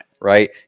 right